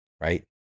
right